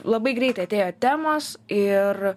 labai greitai atėjo temos ir